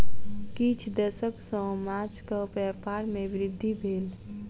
किछ दशक सॅ माँछक व्यापार में वृद्धि भेल